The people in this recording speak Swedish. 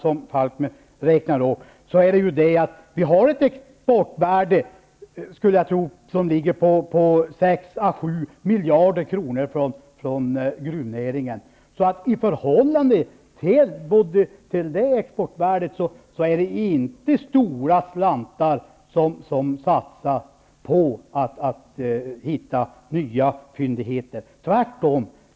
som Falkmer räknade upp vill jag säga att vi har ett exportvärde från gruvnäringen som, skulle jag tro, ligger på 6 à 7 miljarder kronor. I förhållande till det är det inte stora slantar som satsas på att hitta nya fyndigheter. Tvärtom.